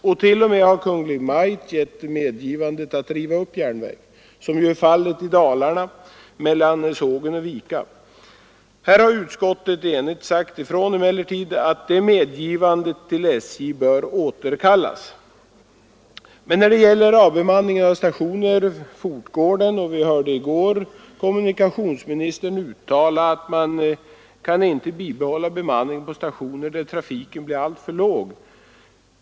Kungl. Maj:t har t.o.m. medgivit upprivandet av en järnväg, nämligen den mellan Sågen och Vika i Dalarna. Där har dock utskottet enigt sagt ifrån att det medgivandet till SJ bör återkallas. Avbemanningen av stationer fortgår dock alltjämt, och vi hörde i går kommunikationsministern uttala att man inte kan bibehålla bemanningen på stationer där trafiken blir alltför låg.